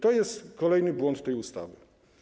To jest kolejny błąd tej ustawy.